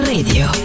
Radio